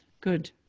Good